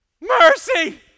Mercy